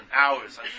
hours